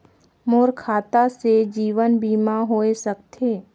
मोर खाता से जीवन बीमा होए सकथे?